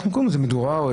מדורה.